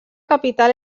capital